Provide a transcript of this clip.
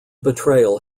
betrayal